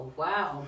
wow